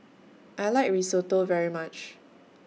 I like Risotto very much